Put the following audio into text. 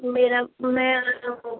वह मेरा मैं वह